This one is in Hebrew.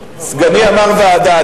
סגני אמר ועדה.